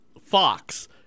Fox